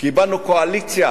קיבלנו קואליציה